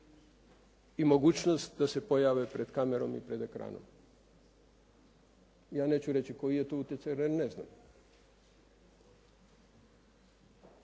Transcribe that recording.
i mogućnost da se pojave pred kamerom i pred ekranom. Ja neću reći koji je to utjecaj, jer neznam,